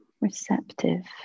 receptive